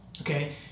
Okay